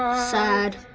sad.